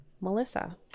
Melissa